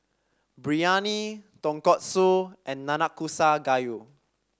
Biryani Tonkatsu and Nanakusa Gayu